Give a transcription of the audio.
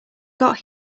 got